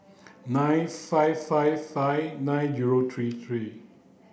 nine five five five nine zero three three